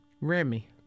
Remy